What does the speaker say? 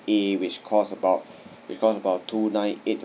A which cost about which cost about two nine eight